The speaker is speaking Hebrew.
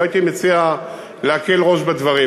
לא הייתי מציע להקל ראש בדברים.